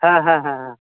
ᱦᱮᱸ ᱦᱮᱸ ᱦᱮᱸ ᱦᱮᱸ